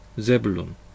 Zebulun